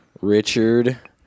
Richard